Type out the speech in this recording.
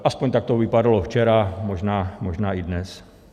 Aspoň tak to vypadalo včera, možná i dnes.